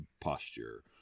posture